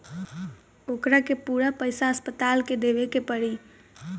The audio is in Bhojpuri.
ओकरा के पूरा पईसा अस्पताल के देवे के पड़ी